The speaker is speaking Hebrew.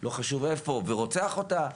לא חשוב איפה, ורוצח אותה.